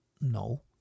No